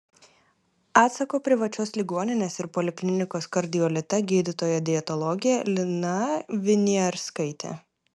atsako privačios ligoninės ir poliklinikos kardiolita gydytoja dietologė lina viniarskaitė